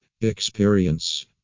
Experience